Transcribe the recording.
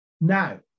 now